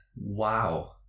Wow